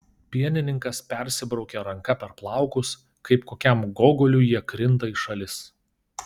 pienininkas persibraukia ranka per plaukus kaip kokiam gogoliui jie krinta į šalis